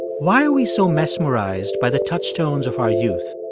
why are we so mesmerized by the touchstones of our youth?